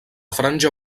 franja